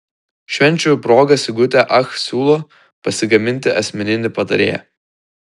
švenčių proga sigutė ach siūlo pasigaminti asmeninį patarėją